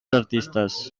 artistes